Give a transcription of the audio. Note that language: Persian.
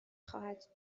خواهد